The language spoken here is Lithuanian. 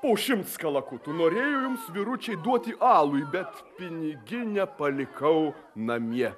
po šimts kalakutų norėjau jums vyručiai duoti alui bet piniginę palikau namie